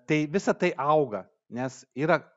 tai visa tai auga nes yra